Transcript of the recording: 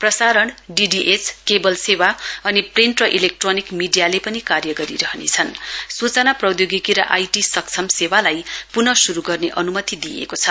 प्रसारण DTH cable सेवा अनि प्रिन्ट र इलेक्ट्रोनिक मीडियाले पनि कार्य गरिरहने छन् सूचना प्रौधोगिकी र आईटी सक्षम सेवालाई पुन शुरु गर्ने अनुमति दिइएको छ